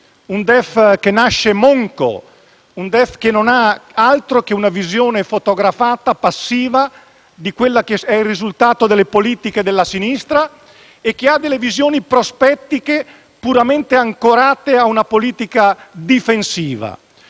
Un DEF che nasce monco. Un DEF che non ha altro che una visione fotografata passiva di quello che è il risultato delle politiche della sinistra e che ha delle visioni prospettiche puramente ancorate a una politica difensiva.